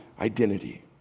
identity